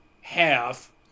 half